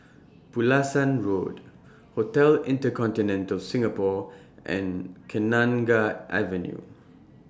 Pulasan Road Hotel InterContinental Singapore and Kenanga Avenue